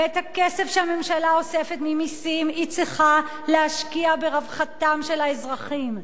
ואת הכסף שהממשלה אוספת ממסים היא צריכה להשקיע ברווחתם של האזרחים.